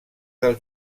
del